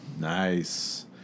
nice